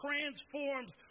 transforms